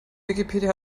wikipedia